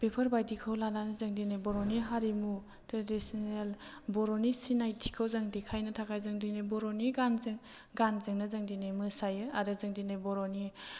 बेफोरबायदिखौ लानानै जों दिनै बर'नि हारिमु ट्रेडिस्नेल बर'नि सिनायथिखौ जों देखायनो थाखाय जों दिनै बर'नि गानजों गानजोंनो जों दिनै मोसायो आरो जों दिनै बर'नि